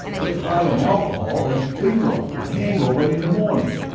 get high on alcohol and bingo, a hangover in the morning.